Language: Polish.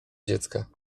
dziecka